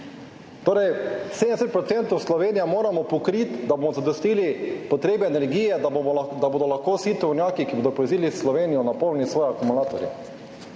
torej 70 % Slovenije moramo pokriti, da bomo zadostili potrebam energije, da bodo lahko vsi tovornjaki, ki bodo prevozili Slovenijo, napolnili svoje akumulatorje.